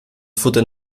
futter